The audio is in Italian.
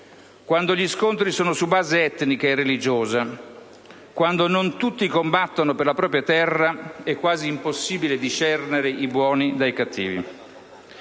quando gli scontri sono su base etnica e religiosa; quando non tutti combattono per la propria terra, è quasi impossibile discernere i buoni dai cattivi.